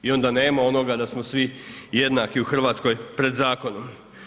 I onda nema onog da smo svi jednaki u Hrvatskoj pred zakonom.